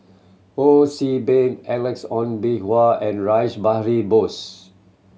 Ho See Beng Alex Ong Boon Hau and Rash Behari Bose